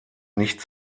nicht